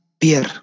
Pierre